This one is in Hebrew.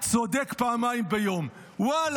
וזה